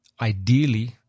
ideally